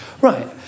Right